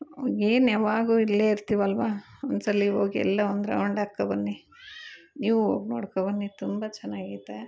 ಏನು ಯಾವಾಗೂ ಇಲ್ಲೇ ಇರ್ತೀವಲ್ವಾ ಒಂದ್ಸಲಿ ಹೋಗ್ ಎಲ್ಲ ಒಂದು ರೌಂಡ್ ಹಾಕೋ ಬನ್ನಿ ನೀವು ಹೋಗ್ ನೋಡ್ಕೊ ಬನ್ನಿ ತುಂಬ ಚೆನ್ನಾಗೈತೆ